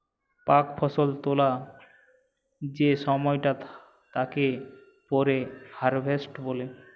পাক ফসল তোলা যে সময়টা তাকে পরে হারভেস্ট বলে